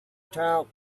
talk